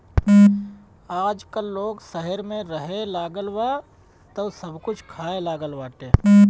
आजकल लोग शहर में रहेलागल बा तअ सब कुछ खाए लागल बाटे